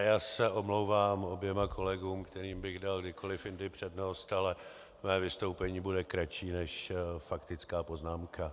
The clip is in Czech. Já se omlouvám oběma kolegům, kterým bych dal kdykoli jindy přednost, ale mé vystoupení bude kratší než faktická poznámka.